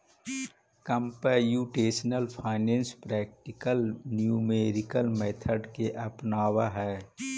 computational finance practical numerical method के अपनावऽ हई